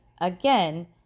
again